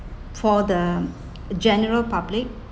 for the general public